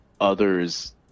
others